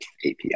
API